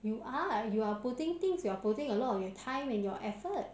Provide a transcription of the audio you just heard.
you are you are putting things you are putting a lot of your time and your effort